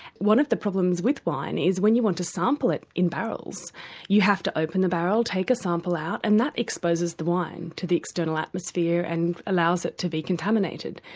one of the problems with wine is that when you want to sample it in barrels you have to open the barrel, take a sample out, and that exposes the wine to the external atmosphere and allows it to be contaminated.